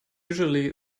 usually